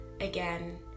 Again